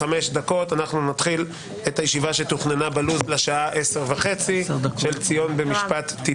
הישיבה ננעלה בשעה 10:30.